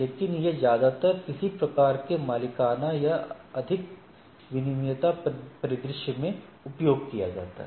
लेकिन यह ज्यादातर किसी प्रकार के मालिकाना या अधिक विनियमित परिदृश्य में उपयोग किया जाता है